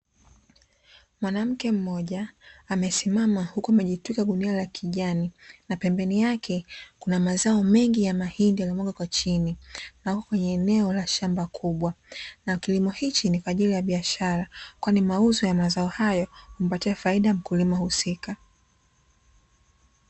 Mwanamke mmoja amesimama huku amejitwika gunia la kijani, na pembeni yake kuna mazao mengi ya mahindi yaliyomwagwa kwa chini, na wapo kwenye eneo la shamba kubwa. Na kilimo hichi ni kwa ajili ya biashara, kwani mauzo ya mazao hayo humaptia faida mkulima husika.